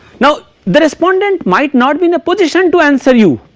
now the respondent might not be in a position to answer you,